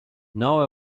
now